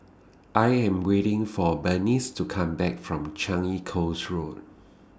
I Am waiting For Bernice to Come Back from Changi Coast Road